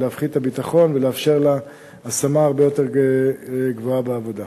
להפחית את חוסר הביטחון ולאפשר לה השמה הרבה יותר גבוהה בעבודה.